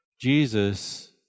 Jesus